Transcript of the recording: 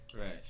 Right